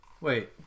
Wait